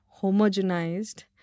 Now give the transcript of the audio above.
homogenized